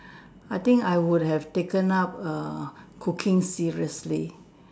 I think I would have taken up err cooking seriously